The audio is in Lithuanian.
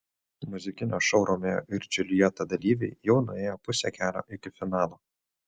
muzikinio šou romeo ir džiuljeta dalyviai jau nuėjo pusę kelio iki finalo